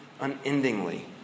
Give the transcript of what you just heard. unendingly